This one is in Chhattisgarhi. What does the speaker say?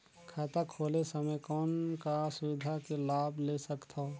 खाता खोले समय कौन का सुविधा के लाभ ले सकथव?